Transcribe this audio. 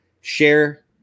share